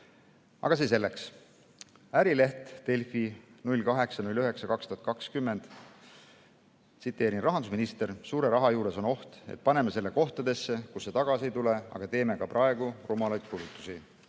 Aga see selleks. Ärileht, Delfi, 08.09.2020: "Rahandusminister: suure raha juures on oht, et paneme selle kohtadesse, kus see tagasi ei tule. Aga teeme ka praegu rumalaid kulutusi."